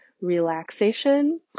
relaxation